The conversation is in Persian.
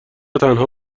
تنها